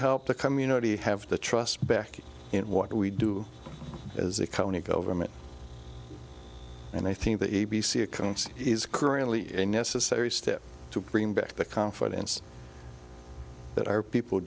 help the community have the trust back in what we do as a county government and i think the a b c accounts is currently a necessary step to bring back the confidence that our people